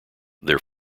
their